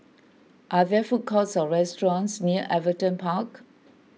are there food courts or restaurants near Everton Park